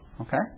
Okay